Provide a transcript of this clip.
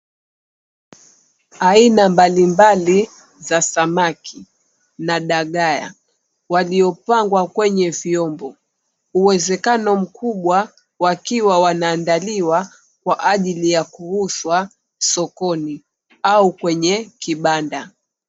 Aina mbalimbali za samaki na dagaa waliopangwa kwenye vyombo, uwezekano mkubwa wakiwa wanaandaliwa kwa ajili ya kuuzwa sokoni au kwenye kibanda.